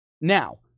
Now